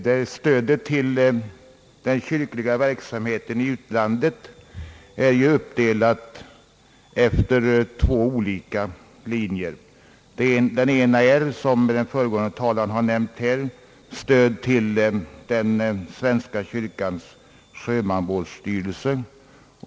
Herr talman! Stödet till den kyrkliga verksamheten i utlandet är uppdelat på två grenar. Den ena är, som föregående talare har nämnt, stöd till den Svenska kyrkans sjömansvårdsstyrelse.